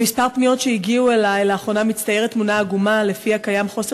מכמה פניות שהגיעו אלי לאחרונה מצטיירת תמונה עגומה שלפיה קיים חוסר